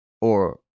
Or